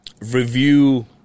review